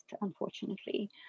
unfortunately